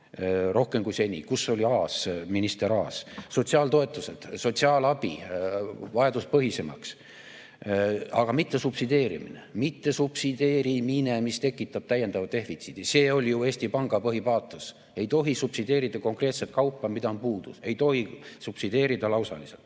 rohkem kui seni. Kus oli minister Aas? Sotsiaaltoetused, sotsiaalabi vajaduspõhisemaks, aga mitte subsideerimine. Mitte subsideerimine, mis tekitab täiendava defitsiidi! See oli ju Eesti Panga põhipaatos. Ei tohi subsideerida konkreetset kaupa, mida on puudu, ei tohi subsideerida lausaliselt.